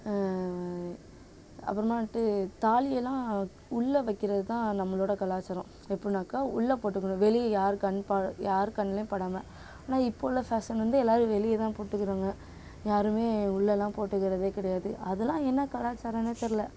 அப்புறமா வந்துட்டு தாலியெல்லாம் உள்ளே வைக்கிறது தான் நம்மளோடய கலாச்சாரம் எப்புடின்னாக்கா உள்ளே போட்டுக்கணும் வெளியே யாரு கண் ப யாரு கண்லேயும் படாமல் ஆனால் இப்போ உள்ள ஃபேஷன் வந்து எல்லோரும் வெளியே தான் போட்டுக்கிறாங்க யாருமே உள்ளேலாம் போட்டுக்கிறதே கிடையாது அதலாம் என்ன கலாச்சாரம்னே தெரில